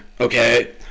okay